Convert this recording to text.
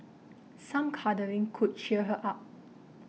some cuddling could cheer her up